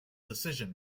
decision